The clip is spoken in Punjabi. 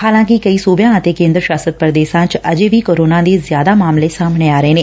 ਹਾਲਾਂਕਿ ਕਈ ਸੁਬਿਆਂ ਅਤੇ ਕੇਂਦਰ ਸ਼ਾਸਤ ਪੁਦੇਸ਼ਾਂ ਚ ਅਜੇ ਵੀ ਕੋਰੋਨਾ ਦੇ ਸ਼ਿਆਦਾ ਮਾਮਲੇ ਸਾਹਮਣੇ ਆ ਰਹੇ ਨੇ